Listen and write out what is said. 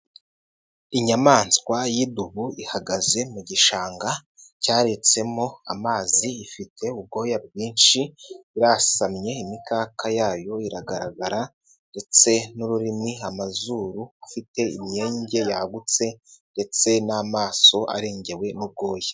Inyamaswa y'idubu ihagaze mu gishanga, cyaretsemo amazi ifite ubwoya bwinshi, irasamye imikaka yayo iragaragara ndetse n'ururimi, amazuru afite imyenge yagutse ndetse n'amaso arengewe n'ubwoya.